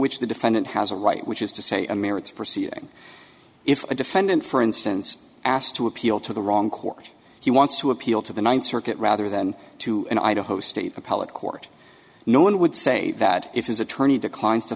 which the defendant has a right which is to say a marriage proceeding if a defendant for instance asked to appeal to the wrong court he wants to appeal to the ninth circuit rather than to an idaho state appellate court no one would say that if his attorney declines to